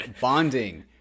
bonding